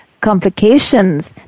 complications